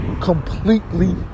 completely